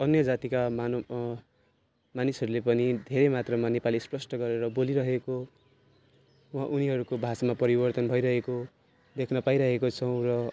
अन्य जातिका मानव मानिसहरूले पनि धेरै मात्रमा नेपाली स्पष्ट गरेर बोलिरहेको उनीहरूको भाषामा परिवर्तन भइरहेको देख्न पाइरहेको छौँ र